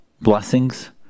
blessings